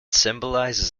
symbolises